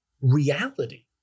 reality